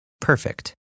perfect